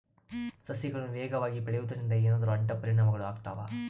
ಸಸಿಗಳು ವೇಗವಾಗಿ ಬೆಳೆಯುವದರಿಂದ ಏನಾದರೂ ಅಡ್ಡ ಪರಿಣಾಮಗಳು ಆಗ್ತವಾ?